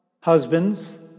husbands